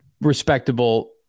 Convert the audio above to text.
respectable